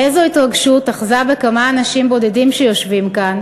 איזו התרגשות אחזה בכמה אנשים בודדים שיושבים כאן